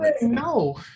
No